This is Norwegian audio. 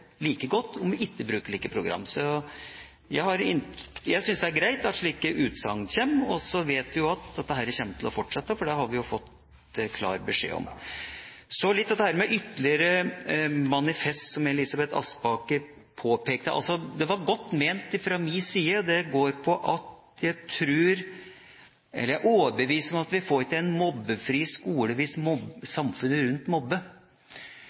er greit at slike utsagn kommer. Så vet vi at dette kommer til å fortsette, for det har vi jo fått klar beskjed om. Så litt til dette med ytterligere manifest, som Elisabeth Aspaker påpekte. Det var godt ment fra min side. Det går på at jeg er overbevist om at vi ikke får en mobbefri skole hvis samfunnet rundt